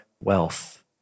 wealth